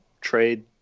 trade